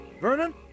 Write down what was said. Vernon